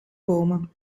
komen